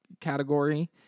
category